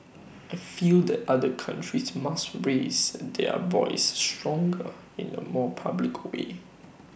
I feel that other countries must raise their voice stronger in A more public way